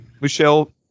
Michelle